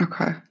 Okay